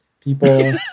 people